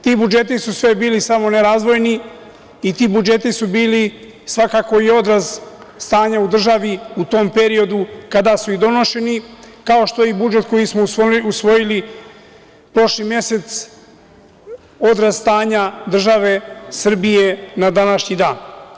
Ti budžeti su sve bili, samo ne razvojni i ti budžeti su bili svakako i odraz stanja u državi u tom periodu kada su i donošeni, kao što je i budžet koji smo usvojili prošli mesec, odraz stanja države Srbije na današnji dan.